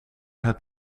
het